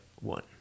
one